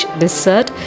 dessert